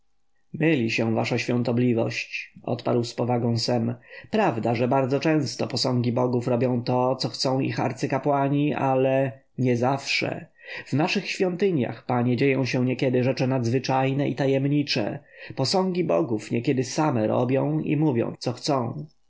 myli się wasza świątobliwość odparł z powagą sem prawda że bardzo często posągi bogów robią to czego chcą ich arcykapłani ale niezawsze w naszych świątyniach panie dzieją się niekiedy rzeczy nadzwyczajne i tajemnicze posągi bogów niekiedy same robią i mówią co chcą